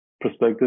perspective